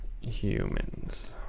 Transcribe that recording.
humans